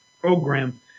program